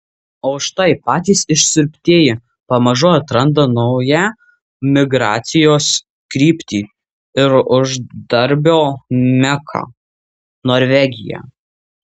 o štai patys išsiurbtieji pamažu atranda naują migracijos kryptį ir uždarbio meką norvegiją